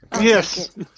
Yes